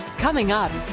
coming up.